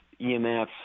EMFs